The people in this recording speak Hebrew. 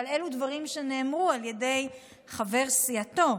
אבל אלה דברים שנאמרו על ידי חבר סיעתו.